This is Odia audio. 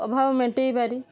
ଅଭାବ ମେଣ୍ଟେଇ ପାରି